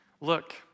look